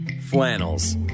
flannels